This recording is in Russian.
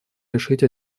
решить